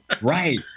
Right